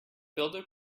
builder